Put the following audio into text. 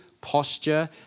posture